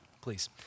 please